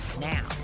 Now